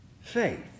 Faith